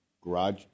garage